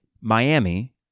Miami